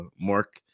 Mark